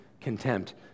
contempt